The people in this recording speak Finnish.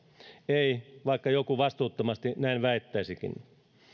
ei vaikka joku vastuuttomasti näin väittäisikin